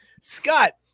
Scott